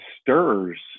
stirs